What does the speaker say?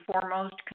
foremost